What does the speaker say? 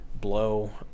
blow